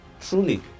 truly